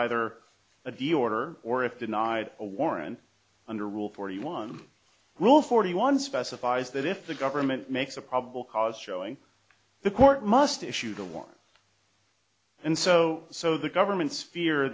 either of you order or if denied a warrant under rule forty one rule forty one specifies that if the government makes a probable cause showing the court must issue the warrant and so so the government's fear